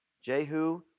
Jehu